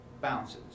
bounces